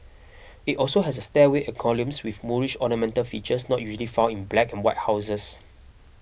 it also has a stairway and columns with Moorish ornamental features not usually found in black and white houses